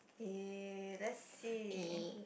eh let's see